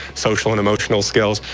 social and emotional skills,